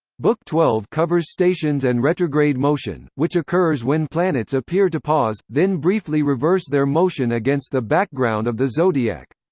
book xii covers stations and retrograde motion, which occurs when planets appear to pause, then briefly reverse their motion against the background of the zodiac.